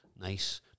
nice